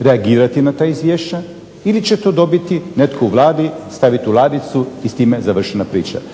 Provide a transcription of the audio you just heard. reagirati na ta izvješća ili će to dobiti netko u Vladi, staviti u ladicu i s time završena priča.